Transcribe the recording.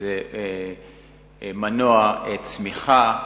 זה מנוע צמיחה.